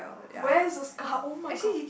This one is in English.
where's the scar oh-my-god